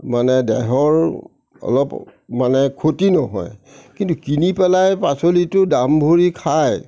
মানে দেহৰ অলপ মানে ক্ষতি নহয় কিন্তু কিনি পেলাই পাচলিটো দাম ভৰি খাই